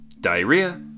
diarrhea